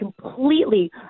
completely